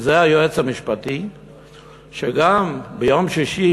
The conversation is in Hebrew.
וזה היועץ המשפטי שגם ביום שישי,